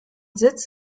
sitz